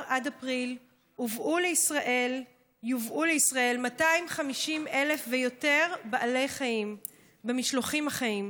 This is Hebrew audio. ואפריל יובאו לישראל 250,000 ויותר בעלי חיים במשלוחים החיים.